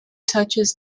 touches